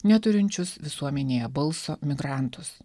neturinčius visuomenėje balso migrantus